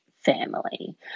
family